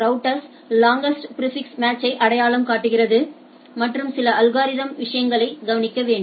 routers longest prefix மேட்ச்யை அடையாளம் காட்டுகிறது மற்றும் சில அல்கோரிதம்ஸ்விஷயங்களை கவனிக்க வேண்டும்